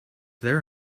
there